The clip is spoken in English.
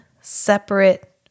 separate